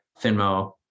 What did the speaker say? Finmo